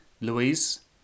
Louise